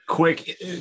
quick